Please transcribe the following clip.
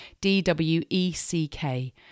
D-W-E-C-K